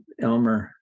Elmer